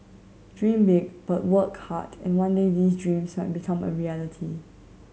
dream big but work hard and one day these dreams might become a reality